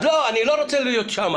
אז לא, אני לא רוצה להיות שם.